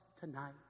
tonight